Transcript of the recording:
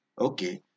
okay